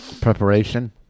Preparation